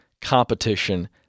competition